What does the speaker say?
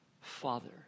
father